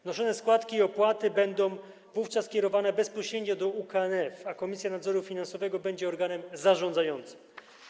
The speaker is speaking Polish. Wnoszone składki i opłaty będą wówczas kierowane bezpośrednio do UKNF, a Komisja Nadzoru Finansowego będzie organem zarządzającym.